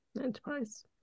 Enterprise